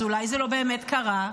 אז אולי זה לא באמת קרה.